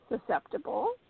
susceptible